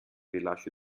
rilascio